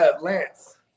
Lance